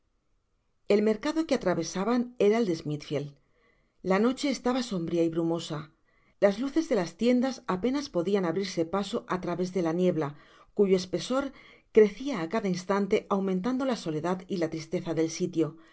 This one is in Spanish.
el mercado que atravesaban era el de smithfield la noche estaba sombria y brumosa las luces de las tiendas apenas podian abrirse paso á través de la nieble cuyo espesor crecia á cada instante aumentando la soledad y la tristeza del sitio al